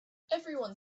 everyone